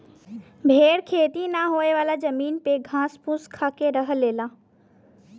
भेड़ खेती ना होयेवाला जमीन के घास फूस खाके रह लेला